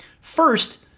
First